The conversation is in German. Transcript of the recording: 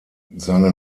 seine